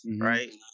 right